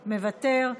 מוותר,